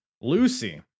Lucy